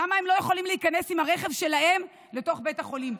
למה הם לא יכולים להיכנס עם הרכב שלהם לתוך בית החולים?